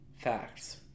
Facts